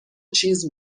چیز